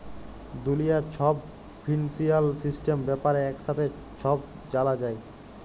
দুলিয়ার ছব financial system ব্যাপারে একসাথে ছব জালা যায়